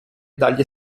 dagli